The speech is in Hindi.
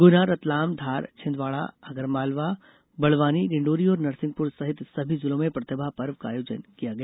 गुना रतलाम धार छिंदवाड़ा आगरमालवा बड़वानी डिण्डौरी और नरसिंहपुर सहित सभी जिलों में प्रतिभा पर्व का आयोजन किया गया